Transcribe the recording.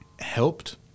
helped